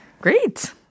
Great